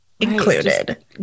included